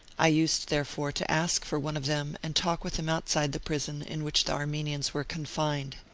i used, therefore, to ask for one of them and talk with him outside the prison in which the armenians were confined.